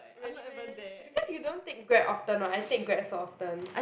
really meh because you don't take Grab often [what] I take Grab so often